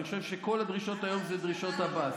אני חושב שכל הדרישות היום אלה דרישות עבאס.